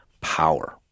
power